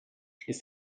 ist